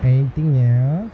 anything else